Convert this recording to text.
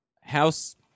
house